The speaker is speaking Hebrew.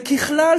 וככלל,